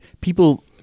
people